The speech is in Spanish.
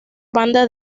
banda